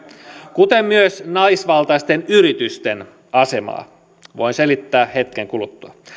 kuten myös naisvaltaisten yritysten asemaa voin selittää hetken kuluttua